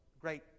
great